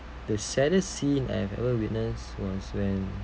the saddest scene I have ever witness was when